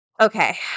okay